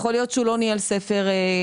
יכול להיות שהוא לא ניהל ספר תקבולים.